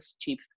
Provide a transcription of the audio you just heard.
cheap